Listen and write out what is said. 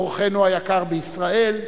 אורחנו היקר בישראל.